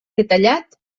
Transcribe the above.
detallat